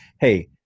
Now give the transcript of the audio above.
Hey